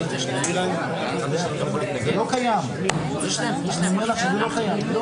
יש שתי שאלת קטנות לגבי ההפניות, כי בסעיף קטן (ט)